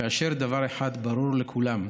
כאשר דבר אחד ברור לכולם: